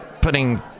putting